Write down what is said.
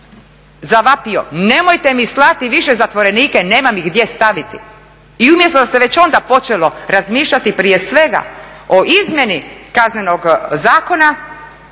zavapio nemojte mi slati više zatvorenike nemam ih gdje staviti. I umjesto da se već onda počelo razmišljati prije svega o izmjeni Kaznenog zakona